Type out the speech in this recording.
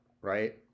right